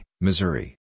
Missouri